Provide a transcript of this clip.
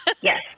Yes